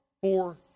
four